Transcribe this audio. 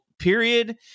period